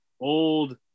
old